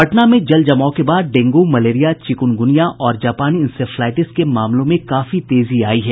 पटना में जल जमाव के बाद डेंगू मलेरिया चिकुनगुनिया और जापानी इंसेफ्लाईटिस के मामलों में काफी तेजी आयी है